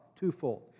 Twofold